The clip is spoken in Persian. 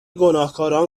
گناهکاران